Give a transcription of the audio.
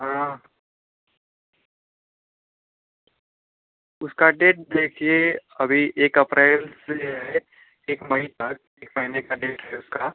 हाँ उसका डेट देखिए अभी एक अप्रैल से है एक मई तक एक महीने का डेट है उसका